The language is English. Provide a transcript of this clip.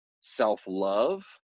self-love